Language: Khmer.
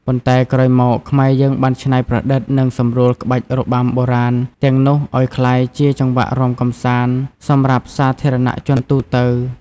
ប៉ុន្តែក្រោយមក ខ្មែរយើងបានច្នៃប្រឌិត និងសម្រួលក្បាច់របាំបុរាណទាំងនោះ ឲ្យក្លាយជាចង្វាក់រាំកម្សាន្តសម្រាប់សាធារណជនទូទៅ។